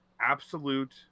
absolute